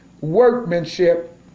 workmanship